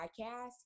podcast